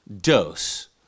dose